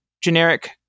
generic